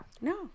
No